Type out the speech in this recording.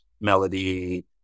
melody